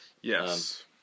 Yes